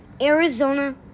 Arizona